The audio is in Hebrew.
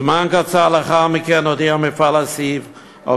זמן קצר לאחר מכן הודיע מפעל "אסיב" על